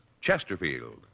Chesterfield